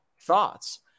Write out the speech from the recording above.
Thoughts